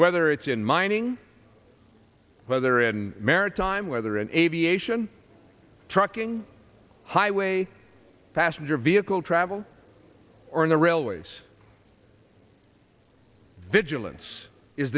whether it's in mining whether in maritime whether in aviation trucking highway passenger vehicle travel or in the railways vigilance is